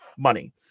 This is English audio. money